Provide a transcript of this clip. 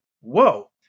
whoa